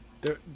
There-